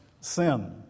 sin